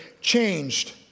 changed